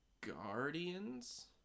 Guardians